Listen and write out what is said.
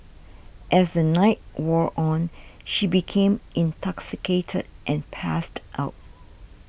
as the night wore on she became intoxicated and passed out